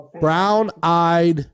Brown-Eyed